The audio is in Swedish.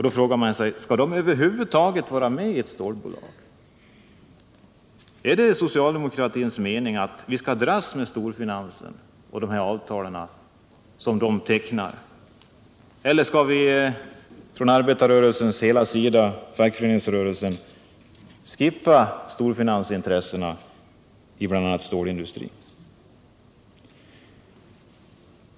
Då frågar man sig om de över huvud taget skall vara med i ett stålbolag. Är det Ål socialdemokraternas mening att vi skall dras med storfinansen och de avtal den tecknar eller skall vi från hela arbetarrörelsens och fackföreningsrörelsens sida skippa storfinansintressena i bl.a. stålindustrin?